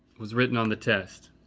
was written on the test?